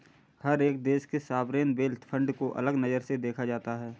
हर एक देश के सॉवरेन वेल्थ फंड को अलग नजर से देखा जाता है